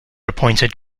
appointed